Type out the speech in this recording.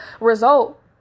result